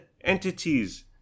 entities